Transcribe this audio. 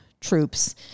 troops